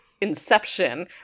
inception